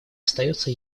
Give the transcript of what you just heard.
остается